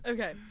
Okay